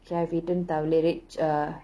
so I've eaten தவளறிச்சி:thavalarichi uh